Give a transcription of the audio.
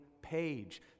page